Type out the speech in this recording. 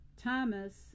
Thomas